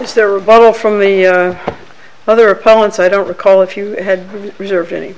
is there a bottle from the other opponents i don't recall if you had reserved any